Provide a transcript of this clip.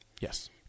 Yes